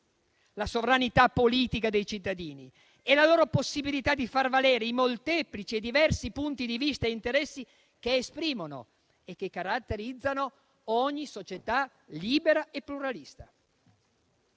la sovranità politica dei cittadini e la loro possibilità di far valere i molteplici e diversi punti di vista e interessi che esprimono e che caratterizzano ogni società libera e pluralista.